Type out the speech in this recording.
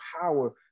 power